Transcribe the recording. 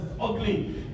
ugly